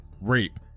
rape